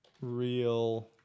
Real